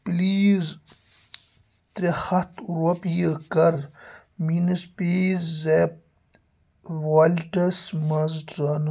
please ترٛےٚ ہتھ رۄپیہِ کَر میٛٲنِس پے زیپ ویلٹس مَنٛز ٹران